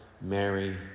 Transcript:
Mary